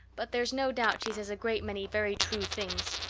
but there's no doubt she says a great many very true things.